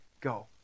go